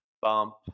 bump